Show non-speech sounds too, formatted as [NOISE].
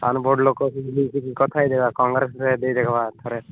ସାନ ବଡ଼ ଲୋକ [UNINTELLIGIBLE] କଥା ହୋଇଯିବା କଙ୍ଗ୍ରେସ୍ରେ ଦେଇ ଦେଖିବା ଥରେ